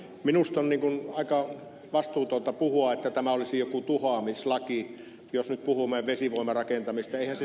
minusta on aika vastuutonta puhua että tämä olisi joku tuhoamislaki jos nyt puhumme vesivoimarakentamisesta